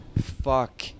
fuck